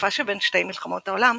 בתקופה שבין שתי מלחמות העולם,